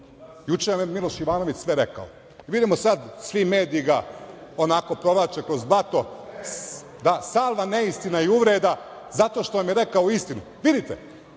juče vam, je Miloš Jovanović sve rekao. Vidimo sad svi mediji ga onako provlače kroz blato, salva neistina i uvreda zato što vam je rekao istinu. Vidite,